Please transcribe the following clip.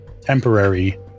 temporary